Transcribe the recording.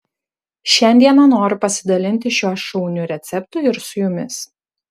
šiandieną noriu pasidalinti šiuo šauniu receptu ir su jumis